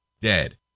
dead